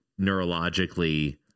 neurologically